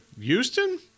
Houston